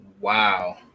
Wow